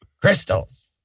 Crystals